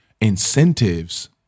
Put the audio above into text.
incentives